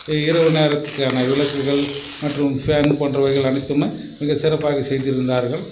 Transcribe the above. இரவு நேரத்துக்குக்கான விளக்குகள் மற்றும் ஃபேன் போன்ற வகைகள் அனைத்துமே மிக சிறப்பாக செய்திருந்தார்கள்